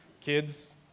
Kids